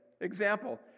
Example